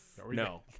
No